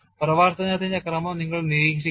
പ്രവർത്തനത്തിന്റെ ക്രമം നിങ്ങൾ നിരീക്ഷിക്കുക